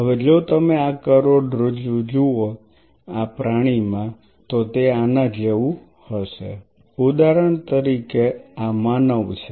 હવે જો તમે આ કરોડરજ્જુ જુઓ આ પ્રાણીમાં તો તે આના જેવું હશે અથવા ઉદાહરણ તરીકે આ માનવ છે